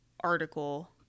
article